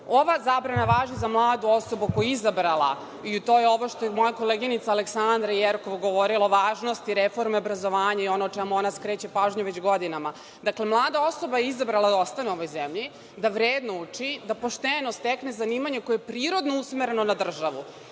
zabrana važi za mladu osobu koja je izabrala, to je oblast o kojoj je moja koleginica Aleksandra Jerkov govorila o važnosti reforme obrazovanja i ono o čemu ona skreće pažnju već godinama. Dakle, mlada osoba je izabrala da ostane u ovoj zemlji, da vredno uči, da pošteno stekne zanimanje koje je prirodno usmereno na državu,